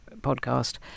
podcast